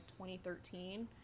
2013